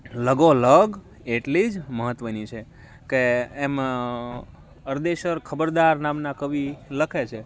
લગોલગ એટલી જ મહત્ત્વની છે કે એમાં અરદેશર ખબરદાર નામના કવિ લખે છે